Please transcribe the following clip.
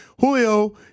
Julio